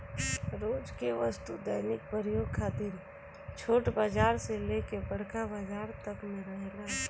रोज के वस्तु दैनिक प्रयोग खातिर छोट बाजार से लेके बड़का बाजार तक में रहेला